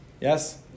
Yes